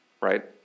right